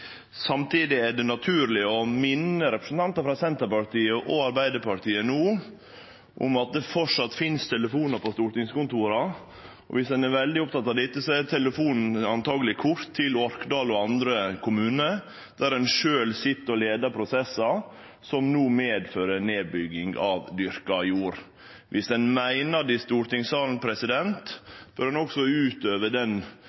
Samtidig er det naturleg å minne representantane frå Senterpartiet og Arbeidarpartiet om at det framleis finst telefonar på stortingskontora. Viss ein er veldig oppteken av dette, er telefonen truleg kort til Orkdal og andre kommunar, der ein sjølv sit og leiar prosessar som no medfører nedbygging av dyrka jord. Viss ein meiner det i stortingssalen, bør ein også utøve den